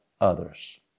others